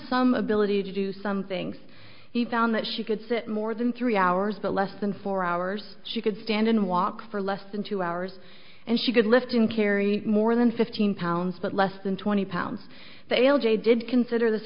some ability to do some things he found that she could sit more than three hours but less than four hours she could stand and walk for less than two hours and she could lift and carry more than fifteen pounds but less than twenty pounds the a l j did consider this